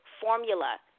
formula